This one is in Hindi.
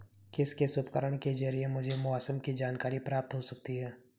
किस किस उपकरण के ज़रिए मुझे मौसम की जानकारी प्राप्त हो सकती है?